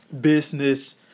business